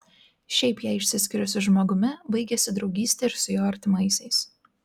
šiaip jei išsiskiri su žmogumi baigiasi draugystė ir su jo artimaisiais